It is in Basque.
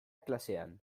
klasean